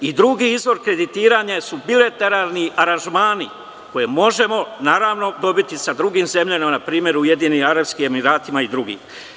Drugi izvor kreditiranja su bilateralni aranžmani koje možemo dobiti sa drugim zemljama, npr. Ujedinjenim Arapskim Emiratima i drugim.